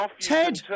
Ted